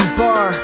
bar